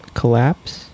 collapse